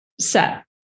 set